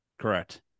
Correct